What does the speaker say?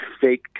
fake